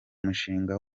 mushinga